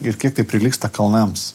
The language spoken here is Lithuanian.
ir kiek tai prilygsta kalnams